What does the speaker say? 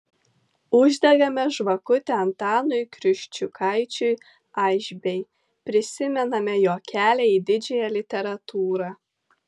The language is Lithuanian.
uždegame žvakutę antanui kriščiukaičiui aišbei prisimename jo kelią į didžiąją literatūrą